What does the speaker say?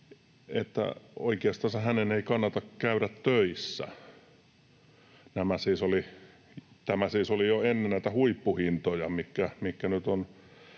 että oikeastaan hänen ei kannata käydä töissä. Tämä siis oli jo ennen näitä huippuhintoja,